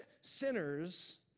sinners